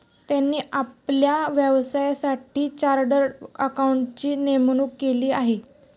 त्यांनी आपल्या व्यवसायासाठी चार्टर्ड अकाउंटंटची नेमणूक केली आहे